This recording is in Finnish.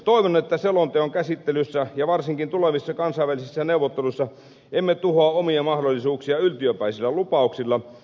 toivon että selonteon käsittelyssä ja varsinkin tulevissa kansainvälisissä neuvotteluissa emme tuhoa omia mahdollisuuksiamme yltiöpäisillä lupauksilla